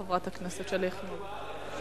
חברת הכנסת שלי יחימוביץ.